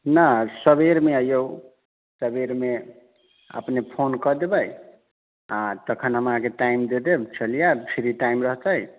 न सबेरमे अइयो सबेरमे अपने फोन कऽ देबै आओर तखन हम अहाँके टाइम दऽ देब बुझलियै फ्री टाइम रहतै